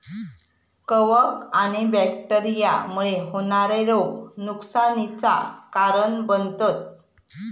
कवक आणि बैक्टेरिया मुळे होणारे रोग नुकसानीचा कारण बनतत